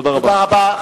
תודה רבה.